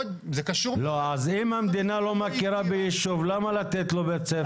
אם המדינה לא מכירה ביישוב, למה לתת לו בית ספר?